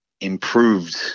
improved